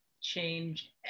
change